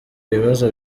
ibibazo